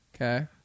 Okay